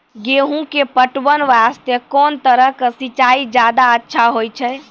गेहूँ के पटवन वास्ते कोंन तरह के सिंचाई ज्यादा अच्छा होय छै?